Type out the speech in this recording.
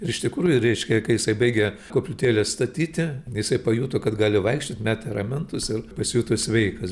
ir iš tikrųjų reiškia kai jisai baigė koplytėlę statyti visai pajuto kad gali vaikščiot metė ramentus ir pasijuto sveikas